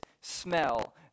smell